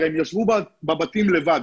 הרי הם ישבו בבתים לבד,